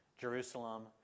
Jerusalem